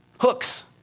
Hooks